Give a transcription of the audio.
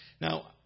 Now